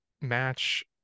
match